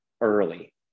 early